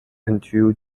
until